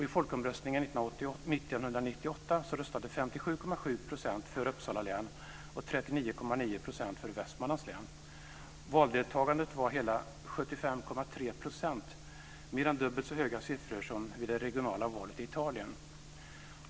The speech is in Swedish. I folkomröstningen 1998 röstade 57,7 % för Uppsala län och 75,3 %, mer än dubbelt så höga siffror som vid det regionala valet i Italien.